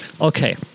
Okay